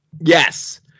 Yes